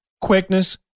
quickness